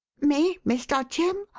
me, mr. jim?